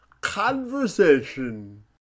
conversation